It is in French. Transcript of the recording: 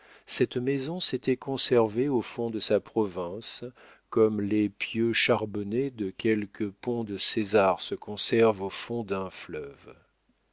cette maison s'était conservée au fond de sa province comme les pieux charbonnés de quelque pont de césar se conservent au fond d'un fleuve